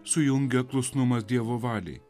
sujungia klusnumas dievo valiai